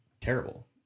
terrible